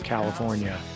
California